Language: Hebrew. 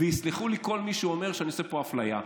ויסלחו כל מי שאומר שאני עושה פה אפליה.